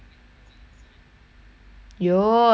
有 like you 懂 here to stay right